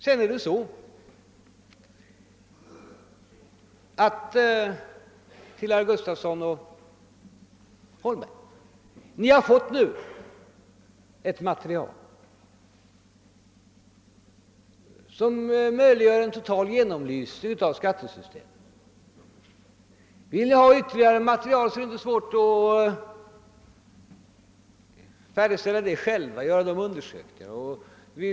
Ni har nu, herr Gustafson i Göteborg och herr Holmberg, fått ett material som möjliggör en total belysning av skattesystemet. Vill ni ha ytterligare material, är det inte svårt för er att färdigställa det själva och göra de undersökningar som kan anses erforderliga.